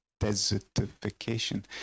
desertification